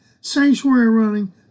sanctuary-running